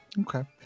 Okay